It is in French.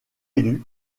élue